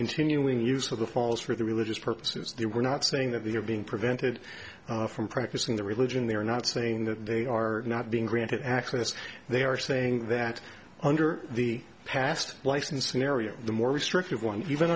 continuing use of the falls for the religious purposes they were not saying that they are being prevented from practicing their religion they are not saying that they are not being granted access they are saying that under the past licensing area the more restrictive one even